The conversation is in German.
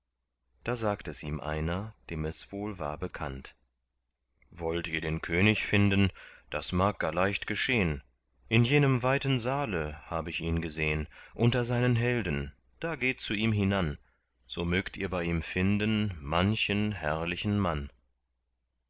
da sagt es ihm einer dem es wohl war bekannt wollt ihr den könig finden das mag gar leicht geschehn in jenem weiten saale hab ich ihn gesehn unter seinen helden da geht zu ihm hinan so mögt ihr bei ihm finden manchen herrlichen mann